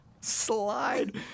Slide